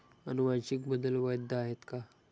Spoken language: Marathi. अनुवांशिक बदल वैध आहेत का?